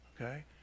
okay